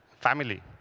family